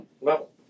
level